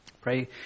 Pray